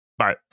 Bye